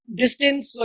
distance